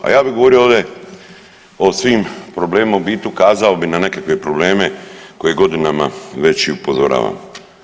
A ja bi govorio ovdje o svim problemima u biti ukazao bi na nekakve probleme koje godinama već i upozoravam.